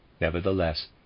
Nevertheless